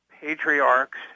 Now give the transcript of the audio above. patriarchs